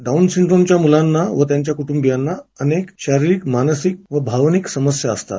down सिंड्रोमच्या मुलांना आणि त्यांच्या कुटुंबियांना अनेक शारीरिक मानसिक आणि भावनिक समस्या असतात